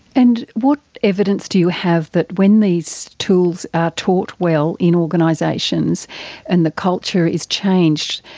and what evidence do you have that when these tools are taught well in organisations and the culture is changed,